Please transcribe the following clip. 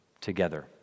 together